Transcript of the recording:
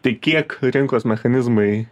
tai kiek rinkos mechanizmai